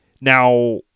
now